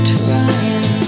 trying